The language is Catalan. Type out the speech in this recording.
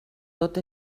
tot